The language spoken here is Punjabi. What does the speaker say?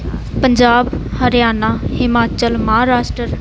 ਪੰਜਾਬ ਹਰਿਆਣਾ ਹਿਮਾਚਲ ਮਹਾਰਾਸ਼ਟਰ